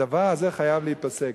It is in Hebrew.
הדבר הזה חייב להיפסק.